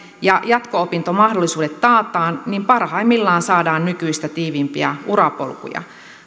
ja jatko opintomahdollisuudet taataan niin parhaimmillaan saadaan nykyistä tiiviimpiä urapolkuja